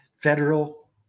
federal